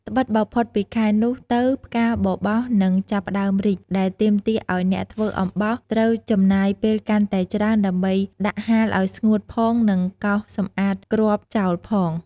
ត្បិតបើផុតពីខែនោះទៅផ្កាបបោសនឹងចាប់ផ្តើមរីក ដែលទាមទារអោយអ្នកធ្វើអំបោសត្រូវចំណាយពេលកាន់តែច្រើនដើម្បីដាក់ហាលអោយស្ងួតផង និងកោសសម្អាតគ្រាប់ចោលផង។